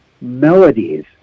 melodies